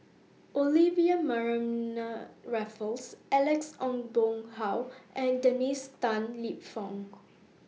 Olivia Mariamne Raffles Alex Ong Boon Hau and Dennis Tan Lip Fong